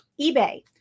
eBay